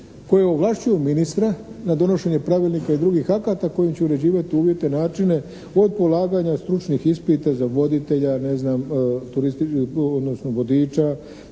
koje ovlašćuju ministra da donošenje pravilnika i drugih akata kojim će uređivati uvjete, načina od polaganja stručnih ispita za voditelja, ne znam odnosno vodiča